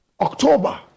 October